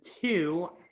two